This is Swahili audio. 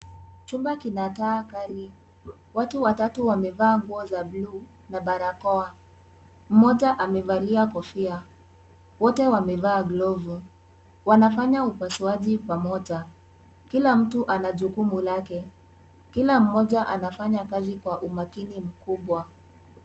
Chumba kina taa kali. Watu watatu wamevaa nguo za buluu na barakoa. Mmoja amevalia kofia. Wote wamevaa glovu. Wanafanya upasuaji pamoja. Kila mtu ana jukumu lake. Kila mmoja anafanya kazi kwa umakini mkubwa.